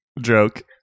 joke